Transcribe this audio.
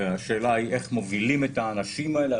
והשאלה היא איך מובילים את האנשים האלה.